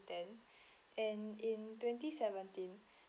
ten and in twenty seventeen